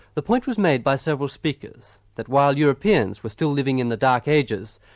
the point was made by several speakers that while europeans were still living in the dark ages,